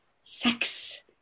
Sex